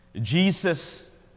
Jesus